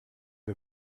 wir